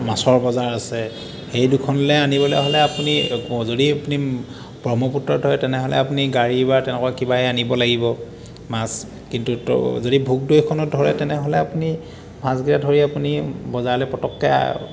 মাছৰ বজাৰ আছে সেই দুখনলৈ আনিবলৈ হ'লে আপুনি যদি আপুনি ব্ৰহ্মপুত্ৰত হয় তেনেহ'লে আপুনি গাড়ী বা তেনেকুৱা কিবাই আনিব লাগিব মাছ কিন্তু তো যদি ভোগদৈখনত ধৰে তেনেহ'লে আপুনি মাছকেইটা ধৰি আপুনি বজাৰলৈ পতককৈ